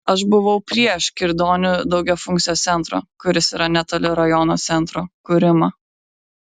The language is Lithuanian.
aš buvau prieš kirdonių daugiafunkcio centro kuris yra netoli rajono centro kūrimą